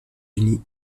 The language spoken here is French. unis